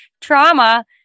trauma